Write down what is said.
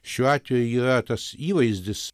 šiuo atveju yra tas įvaizdis